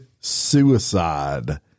suicide